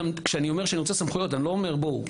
כשאני אומר שאני רוצה סמכויות אני לא אומר: בואו,